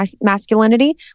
masculinity